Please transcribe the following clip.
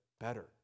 better